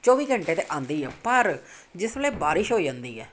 ਚੌਵੀ ਘੰਟੇ ਤਾਂ ਆਉਂਦੀ ਹੈ ਪਰ ਜਿਸ ਵੇਲੇ ਬਾਰਿਸ਼ ਹੋ ਜਾਂਦੀ ਹੈ